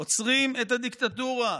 "עוצרים את הדיקטטורה".